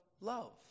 love